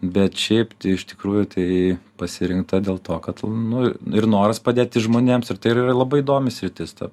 bet šiaip tai iš tikrųjų tai pasirinkta dėl to kad nu ir noras padėti žmonėms ir tai yra labai įdomi sritis ta